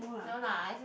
no lah as in